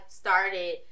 started